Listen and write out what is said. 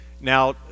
Now